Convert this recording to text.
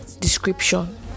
description